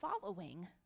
following